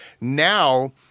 Now